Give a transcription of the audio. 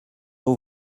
aux